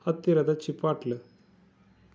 ಹತ್ತಿರದ ಚಿಪಾಟ್ಲ